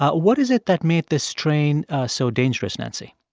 what is it that made this strain so dangerous, nancy?